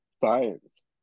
Science